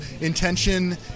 intention